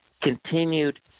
continued